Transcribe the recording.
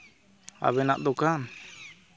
ᱟᱵᱮᱱᱟᱜ ᱫᱚᱠᱟᱱ